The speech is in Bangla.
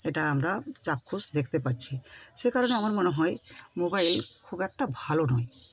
এটা আমরা চাক্ষুষ দেখতে পাচ্ছি সে কারণে আমার মনে হয় মোবাইল খুব একটা ভালো নয়